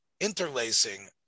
interlacing